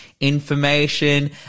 information